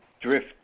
drift